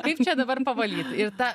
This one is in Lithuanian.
kaip čia dabar pavalyt ir ta